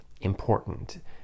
important